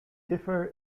differ